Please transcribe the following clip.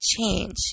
change